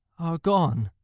are gone